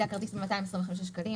זה הכרטיס ב-225 שקלים.